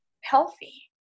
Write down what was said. healthy